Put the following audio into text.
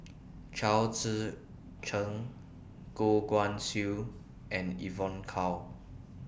Chao Tzee Cheng Goh Guan Siew and Evon Kow